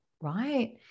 Right